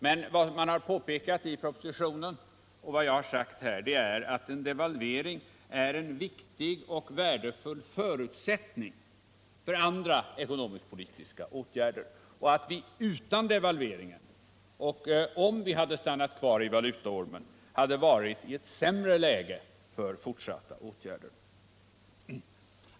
Men vad man har påpekat i propositionen och vad jag har sagt här är att en devalvering är en viktig och värdefull förutsättning för andra ekonomisk-politiska åtgärder, och att vi utan devalvering och om vi hade stannat kvar i valutaormen hade varit i ett sämre läge för fortsatta åtgärder.